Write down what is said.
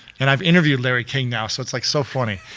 and i've interviewed larry king now so it's like so funny.